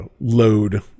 load